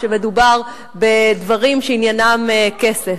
כשמדובר בדברים שעניינם כסף.